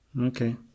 okay